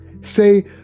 say